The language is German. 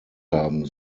haben